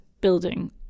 building